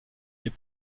est